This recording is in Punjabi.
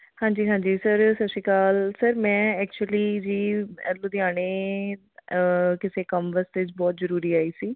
ਹਾਂਜੀ ਹਾਂਜੀ ਸਰ ਸਤਿ ਸ਼੍ਰੀ ਅਕਾਲ ਸਰ ਮੈਂ ਐਕਚੁਅਲੀ ਜੀ ਲੁਧਿਆਣੇ ਕਿਸੇ ਕੰਮ ਵਾਸਤੇ ਬਹੁਤ ਜ਼ਰੂਰੀ ਆਈ ਸੀ